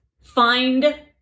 find